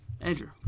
Andrew